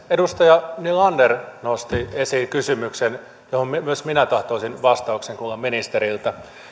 edustaja nylander nosti esiin kysymyksen johon myös minä tahtoisin vastauksen kuulla ministeriltä